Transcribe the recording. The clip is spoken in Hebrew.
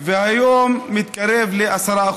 והיום מתקרב ל-10%.